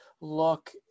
look